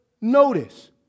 notice